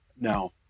Now